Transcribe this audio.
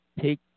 take